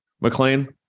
McLean